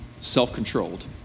self-controlled